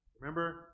Remember